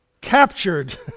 captured